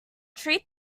treat